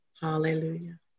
Hallelujah